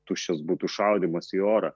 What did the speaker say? tuščias būtų šaudymas į orą